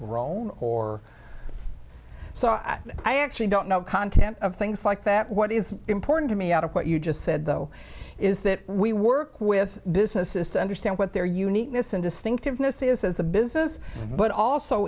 grown or so i i actually don't know content of things like that what is important to me out of what you just said though is that we work with businesses to understand what their uniqueness and distinctiveness is as a business but also